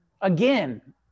Again